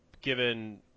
given